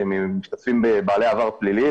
משתתפים בעלי עבר פלילי,